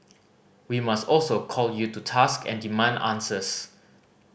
we must also call you to task and demand answers